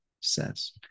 says